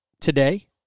today